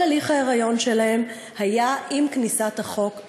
כל הליך ההיריון שלהם היה עם כניסת החוק לתוקף.